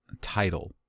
title